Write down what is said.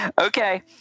Okay